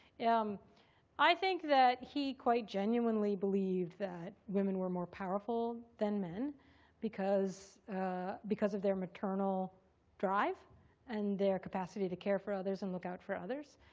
um i think that he quite genuinely believed that women were more powerful than men because ah because of their maternal drive and their capacity to care for others and look out for others.